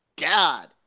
God